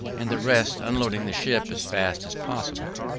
and the rest unloading the ship as fast as possible.